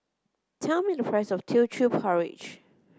tell me the price of Teochew Porridge